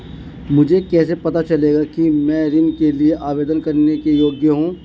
मुझे कैसे पता चलेगा कि मैं ऋण के लिए आवेदन करने के योग्य हूँ?